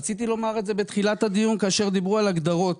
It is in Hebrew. רציתי לומר את זה בתחילת הדיון כאשר דיברו על הגדרות,